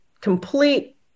complete